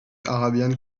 arabian